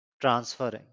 transferring